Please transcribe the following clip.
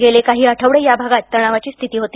गेले काही आठवडे या भागात तणावाची स्थिती होती